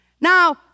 Now